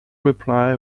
reply